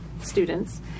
students